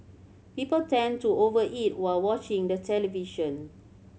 people tend to over eat while watching the television